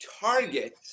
target